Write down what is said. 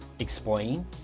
explain